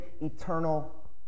eternal